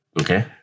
Okay